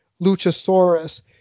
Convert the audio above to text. Luchasaurus